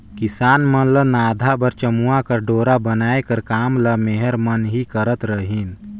किसान मन ल नाधा बर चमउा कर डोरा बनाए कर काम ल मेहर मन ही करत रहिन